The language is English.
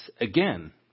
again